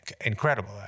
Incredible